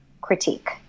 critique